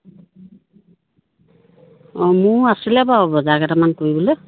অঁ মোৰ আছিলে বাৰু বজাৰ কেইটামান কৰিবলৈ